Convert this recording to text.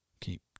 Keep